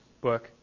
book